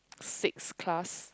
six class